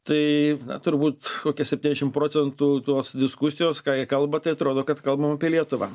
tai na turbūt kokį septyniasdešimt procentų tos diskusijos ką jie kalba tai atrodo kad kalbam apie lietuvą